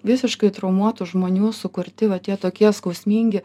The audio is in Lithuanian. visiškai traumuotų žmonių sukurti va tie tokie skausmingi